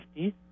50